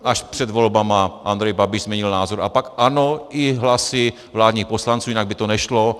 Až před volbami Andrej Babiš změnil názor, a pak ano, i hlasy vládních poslanců, jinak by to nešlo.